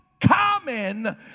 common